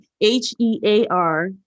h-e-a-r